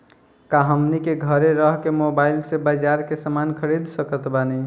का हमनी के घेरे रह के मोब्बाइल से बाजार के समान खरीद सकत बनी?